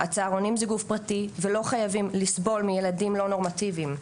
הצהרונים זה גוף פרטי ולא חייבים 'לסבול' מילדים לא נורמטיביים,